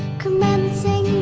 commencing